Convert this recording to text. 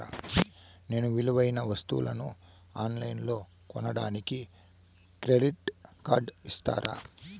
నేను విలువైన వస్తువులను ఆన్ లైన్లో కొనడానికి క్రెడిట్ కార్డు ఇస్తారా?